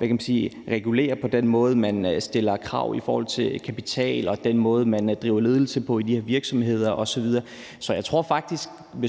regulere den måde, man stiller krav på i forhold til kapital, og den måde, man driver ledelse på i de her virksomheder osv.